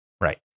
Right